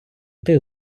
тих